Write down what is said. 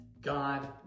God